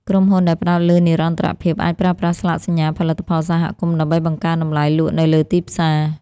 ក្រុមហ៊ុនដែលផ្ដោតលើនិរន្តរភាព អាចប្រើប្រាស់ស្លាកសញ្ញាផលិតផលសហគមន៍ ដើម្បីបង្កើនតម្លៃលក់នៅលើទីផ្សារ។